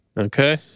Okay